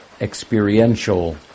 experiential